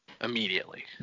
immediately